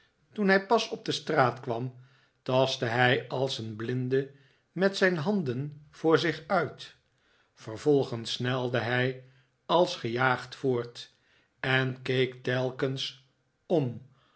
toen hij pas op de straat kwam tastte hij als een blinde met zijn handen voor zich uit vervolgens snelde hij als gejaagd voort en keek telkens om